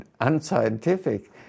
unscientific